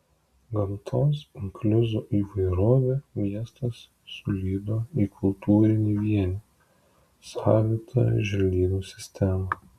gamtos inkliuzų įvairovę miestas sulydo į kultūrinį vienį savitą želdynų sistemą